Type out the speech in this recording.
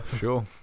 sure